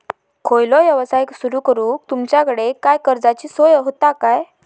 खयचो यवसाय सुरू करूक तुमच्याकडे काय कर्जाची सोय होता काय?